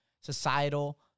societal